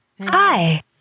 hi